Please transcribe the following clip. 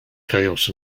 chaos